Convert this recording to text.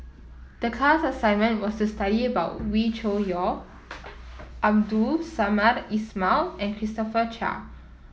the class assignment was to study Wee Cho Yaw Abdul Samad Ismail and Christopher Chia